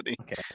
Okay